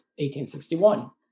1861